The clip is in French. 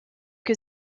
que